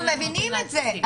אנחנו מבינים את זה,